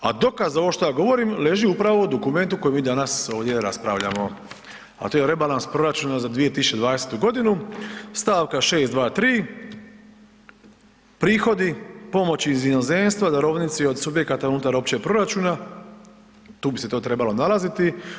A dokaz ovo šta ja govorim leži upravo u dokumentu koji mi danas ovdje raspravljamo, a to je rebalans proračuna za 2020.godinu stavka 623 prihodi, pomoći iz inozemstva, darovnice od subjekata unutar općeg proračuna, tu bi se to trebalo nalaziti.